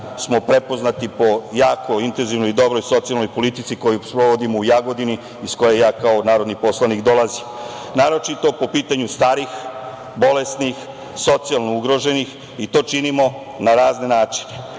prepoznati po jako intenzivnoj o dobroj socijalnoj politici koju sprovodimo u Jagodini, iz koje ja kao narodni poslanik dolazim, naročito po pitanju starih, bolesnih, socijalno ugroženih i to činimo na razne načine,